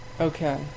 Okay